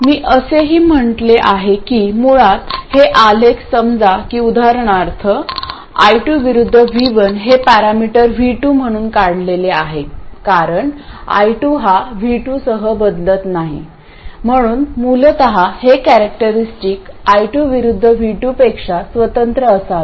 मी असेही म्हटले आहे की मुळात हे आलेख समजा की उदाहरणार्थ I2 विरुद्ध V1 हे पॅरामीटर V2 म्हणून काढलेले आहे कारण I2 हा V2 सह बदलत नाही म्हणून मूलत हे कॅरेक्टरस्टिक I2 विरुद्ध V2 पेक्षा स्वतंत्र असावे